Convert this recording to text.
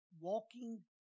walking